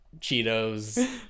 Cheetos